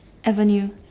avenue